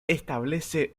establece